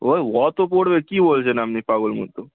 ওই অতো পড়বে কী বলছেন আপনি পাগল মতো